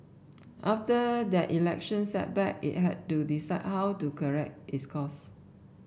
after that election setback it had to decide how to correct its course